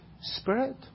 spirit